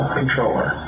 controller